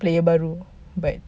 player baru but